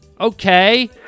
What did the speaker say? Okay